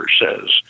says